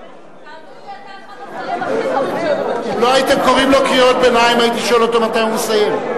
אתה אחד השרים הכי טובים שהיו בממשלה הזאת.